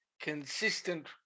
consistent